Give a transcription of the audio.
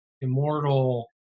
immortal